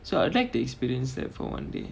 so I'd like to experience that for one day